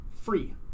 free